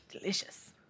Delicious